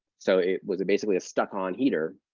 so it was basically a stuck-on heater.